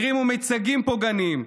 הרימו מיצגים פוגעניים,